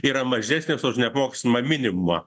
yra mažesnės už neapmokestinamą minimumą